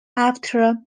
after